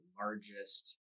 largest